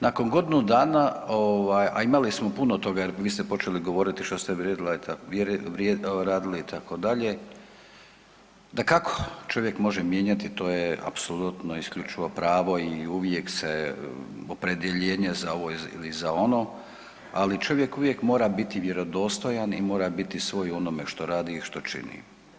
Nakon godinu dana, a imali smo puno toga jer vi ste počeli govoriti što ste radili itd., dakako čovjek može mijenjati to je apsolutno i isključivo pravo i uvijek se opredjeljenje za ovo ili za ono, ali čovjek uvijek mora biti vjerodostojan i mora biti svoj u onome što radi i što čini.